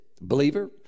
Believer